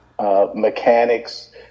mechanics